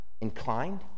inclined